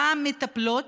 גם מטפלות,